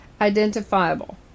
identifiable